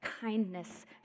kindness